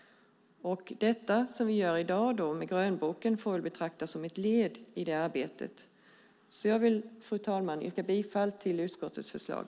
Det vi i dag gör med grönboken får väl betraktas som ett led i det arbetet. Fru talman! Jag yrkar bifall till utskottets förslag.